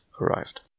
arrived